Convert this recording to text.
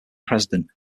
president